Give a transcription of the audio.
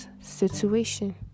situation